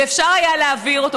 ואפשר היה להעביר אותו,